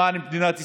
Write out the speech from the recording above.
למען מדינת ישראל,